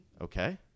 Okay